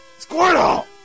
Squirtle